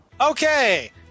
Okay